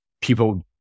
people